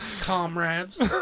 Comrades